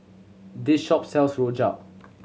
this shop sells rojak